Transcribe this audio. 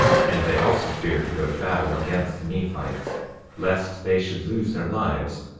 and they also feared to go to battle against the nephites lest they should lose their lives.